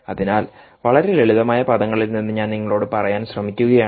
അതിനാൽ വളരെ ലളിതമായ പദങ്ങളിൽ നിന്ന് ഞാൻ നിങ്ങളോട് പറയാൻ ശ്രമിക്കുകയാണ്